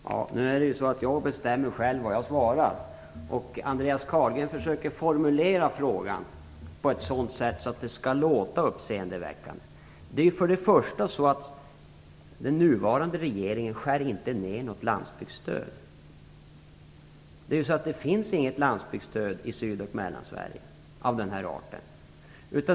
Fru talman! Nu är det så att jag bestämmer själv vad jag svarar. Andreas Carlgren försöker formulera frågan på ett sådant sätt att det skall låta uppseendeväckande. Den nuvarande regeringen skär inte ner något landsbygdsstöd. Det finns inget landsbygdsstöd i Sydoch Mellansverige av denna art.